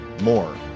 more